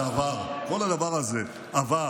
זה עבר, כל הדבר הזה עבר.